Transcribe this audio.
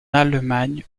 allemagne